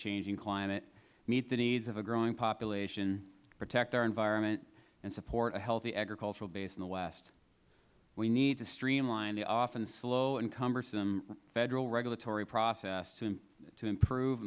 changing climate meet the needs of a growing population protect our environment and support a healthy agricultural base in the west we need to streamline the often slow and cumbersome federal regulatory process to improve